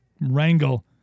wrangle